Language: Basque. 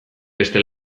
beste